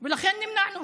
ולכן נמנענו.